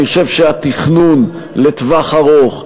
אני חושב שהתכנון לטווח ארוך,